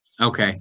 Okay